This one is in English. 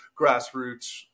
grassroots